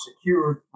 secured